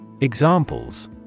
Examples